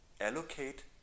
allocate